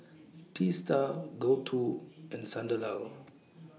Teesta Gouthu and Sunderlal